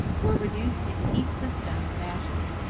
were reduced into heaps of stones and ashes.